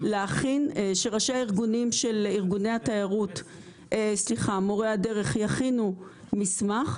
ראשי הארגונים של מורי הדרך להכין מסמך,